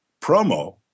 promo